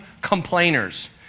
complainers